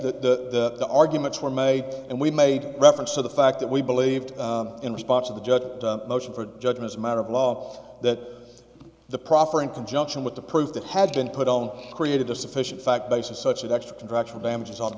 yes that the arguments were made and we made reference to the fact that we believed in response of the judge a motion for judgment a matter of law that the proffer in conjunction with the proof that had been put on created a sufficient fact bases such as extra contractual damages ought to